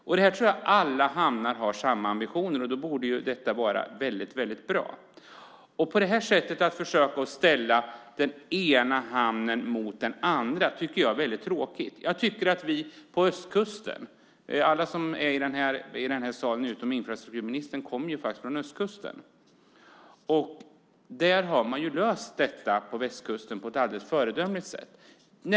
Jag tror att alla hamnar har samma ambitioner, och då borde detta vara väldigt bra. Det här sättet att försöka ställa den ena hamnen mot den andra tycker jag är väldigt tråkigt. Alla i salen just nu utom infrastrukturministern kommer faktiskt från östkusten. På västkusten har man ju löst detta på ett alldeles föredömligt sätt.